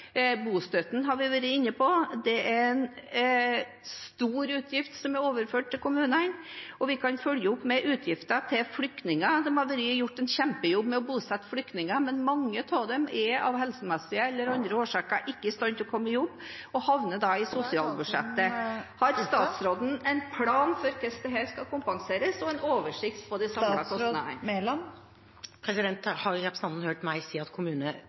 Bostøtten har vi vært inne på; det er en stor utgift som er overført til kommunene. Vi kan følge opp med utgifter til flyktninger. Det er gjort en kjempejobb med å bosette flyktninger, men mange av dem er av helsemessige eller andre årsaker ikke i stand til å komme i jobb og havner i sosialbudsjettet. Har statsråden en plan for hvordan dette skal kompenseres, og en oversikt over de samlede kostnadene? Har representanten hørt meg si at